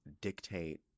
dictate